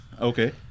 Okay